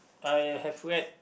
I have read